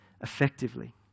effectively